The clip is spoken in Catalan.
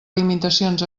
limitacions